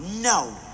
No